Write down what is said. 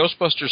Ghostbusters